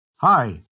Hi